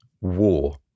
war